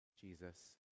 Jesus